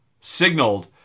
signaled